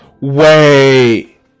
Wait